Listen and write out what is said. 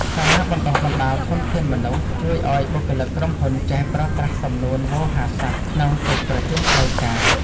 សាលាបណ្ដុះបណ្ដាលធនធានមនុស្ស ជួយឱ្យបុគ្គលិកក្រុមហ៊ុនចេះប្រើប្រាស់សំនួនវោហារស័ព្ទក្នុងកិច្ចប្រជុំផ្លូវការ។